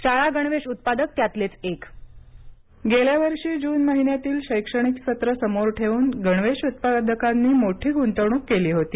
शाळा गणवेश उत्पादक त्यातलेच एक गेल्या वर्षी जून महिन्यातील शैक्षणिक सत्र समोर ठेवून गणवेश उत्पादकांनी मोठी गुंतवणूक केली होते